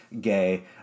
gay